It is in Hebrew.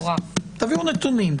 תביאו נתונים.